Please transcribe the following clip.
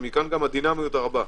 ומכאן גם הדינמיות הרבה.